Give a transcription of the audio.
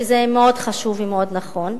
וזה מאוד חשוב ומאוד נכון.